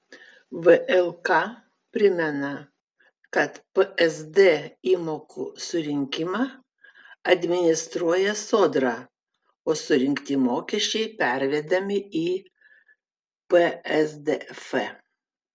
vlk primena kad psd įmokų surinkimą administruoja sodra o surinkti mokesčiai pervedami į psdf